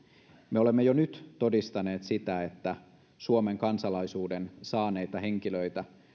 me olemme jo nyt todistaneet sitä että suomen kansalaisuuden saaneita henkilöitä